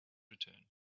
return